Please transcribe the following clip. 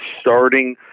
starting